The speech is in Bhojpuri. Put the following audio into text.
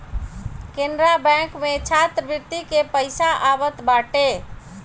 केनरा बैंक में छात्रवृत्ति के पईसा आवत बाटे